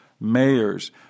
mayors